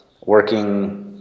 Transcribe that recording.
working